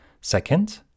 Second